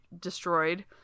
destroyed